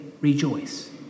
rejoice